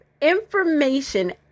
information